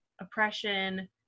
oppression